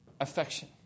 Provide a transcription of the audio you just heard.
affection